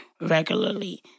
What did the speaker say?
regularly